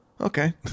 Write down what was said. Okay